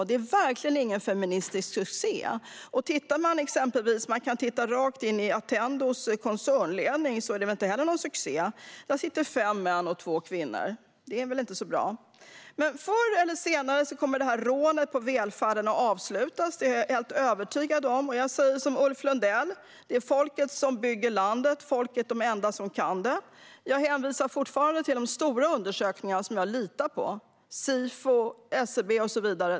Det är verkligen ingen feministisk succé. Man kan till exempel titta rakt in i Attendos koncernledning, som inte heller är någon succé - där sitter det fem män och två kvinnor. Det är väl inte så bra. Förr eller senare kommer det här rånet mot välfärden att avslutas; det är jag helt övertygad om. Jag säger som Ulf Lundell: Men det är folket som bygger landet Folket är dom enda som kan det Jag hänvisar fortfarande till de stora undersökningar som jag litar på, det vill säga Sifos, SCB:s och så vidare.